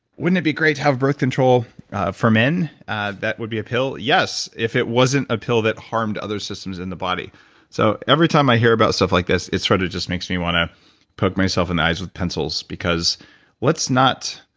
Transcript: wouldn't it be great to have birth control for men that would be a pill? yes, if it wasn't a pill that harmed other systems in the body so every time i hear about stuff like this, it sort of just makes me want to poke myself in the eyes with pencils because let's not.